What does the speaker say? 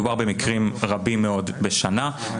מדובר במקרים רבים מאוד בשנה,